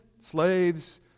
slaves